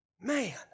Man